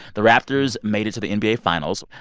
the raptors made it to the nba finals.